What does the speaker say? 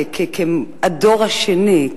כדור השני,